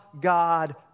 God